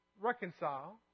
reconcile